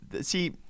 See